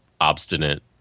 obstinate